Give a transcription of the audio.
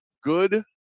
good